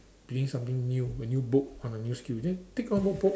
reading something new a new book or a new skill then take on one book